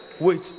wait